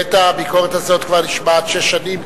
בהחלט הביקורת הזאת כבר נשמעת שש שנים,